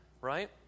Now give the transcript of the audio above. right